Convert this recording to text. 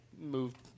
moved